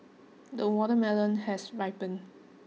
the watermelon has ripened